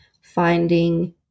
finding